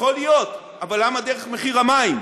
יכול להיות, אבל למה דרך מחיר המים?